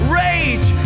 rage